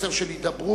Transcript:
מסר של הידברות,